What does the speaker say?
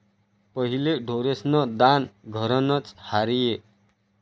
पहिले ढोरेस्न दान घरनंच र्हाये